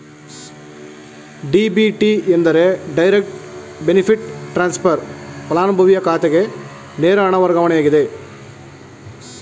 DBT ಎಂದರೆ direct benefit transfer, ಪಲಾನುಭವಿಯ ಖಾತೆಗೆ ನೇರ ಹಣ ವರ್ಗಾವಣೆಯಾಗಿದೆ